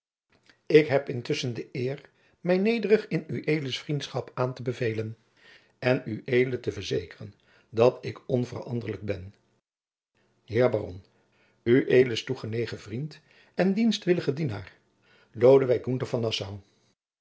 ik heb intusschen de eer mij nederig in ueds vriendschap aan te bevelen en ued te verzekeren dat ik onveranderlijk ben heer baron ueds toegenegen vriend en dienstwillige dienaar